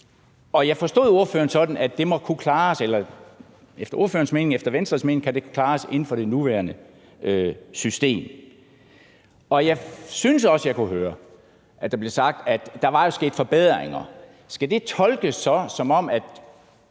Jeg forstod det sådan, at det efter ordførerens og Venstres mening kan klares inden for det nuværende system, og jeg synes også, jeg kunne høre, at det blev sagt, at der jo var sket forbedringer. Skal det så tolkes, som at